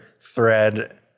thread